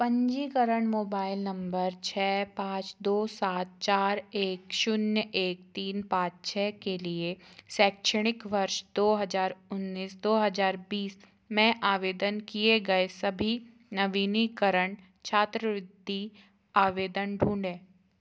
पंजीकरण मोबाइल नम्बर छः पाँच दो सात चार एक शून्य एक तीन पाँच छः के लिए शैक्षणिक वर्ष दो हज़ार उन्नीस दो हज़ार बीस में आवेदन किए गए सभी नवीनीकरण छात्रवृत्ति आवेदन ढूँढें